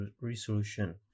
resolution